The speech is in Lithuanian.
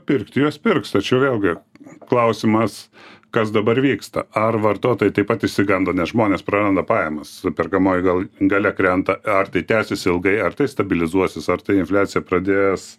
pirkti juos pirks tačiau vėlgi klausimas kas dabar vyksta ar vartotojai taip pat išsigando nes žmonės praranda pajamas perkamoji gal galia krenta ar tai tęsis ilgai ar tai stabilizuosis ar ta infliacija pradės